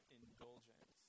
indulgence